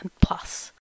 plus